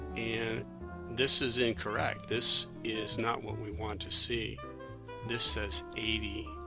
and this is incorrect, this is not what we want to see this says eighty,